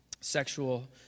sexual